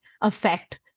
affect